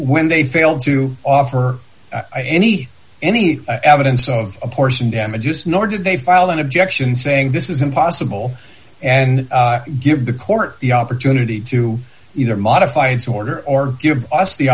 when they fail to offer her any any evidence of a portion damages nor did they file an objection saying this is impossible and give the court the opportunity to either modify its order or give us the